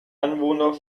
anwohner